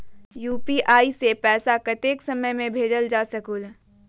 UPI से पैसा कतेक समय मे भेजल जा स्कूल?